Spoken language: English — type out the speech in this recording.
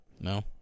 No